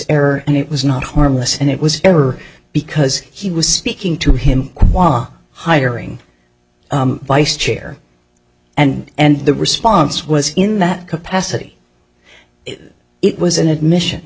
error and it was not harmless and it was over because he was speaking to him why are hiring a vice chair and and the response was in that capacity it was an admission